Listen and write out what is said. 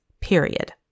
period